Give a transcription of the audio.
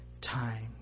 time